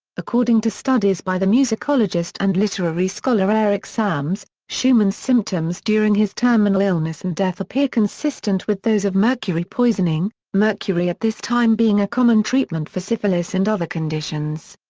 according to studies by the musicologist and literary scholar eric sams, schumann's symptoms during his terminal illness and death appear consistent with those of mercury poisoning, mercury at this time being a common treatment for syphilis and other conditions.